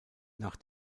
nach